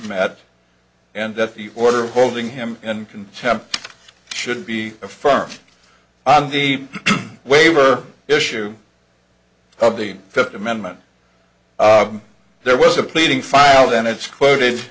met and that the order of holding him and contempt should be affirmed on the waiver issue of the fifth amendment there was a pleading filed and it's quoted